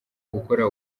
gukora